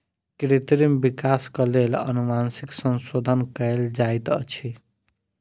कृत्रिम विकासक लेल अनुवांशिक संशोधन कयल जाइत अछि